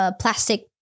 ，plastic